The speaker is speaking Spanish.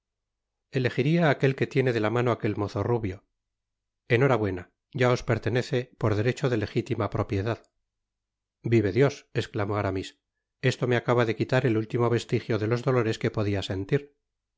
elegiria aquet que tiene de la mano aquel mozo rubio enhorabuena ya os pertenece por derecho de legitima propiedad vive dios esclamó aramis esto me acaba do quiiar el último vestigio de los dolores que podia sentir